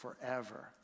forever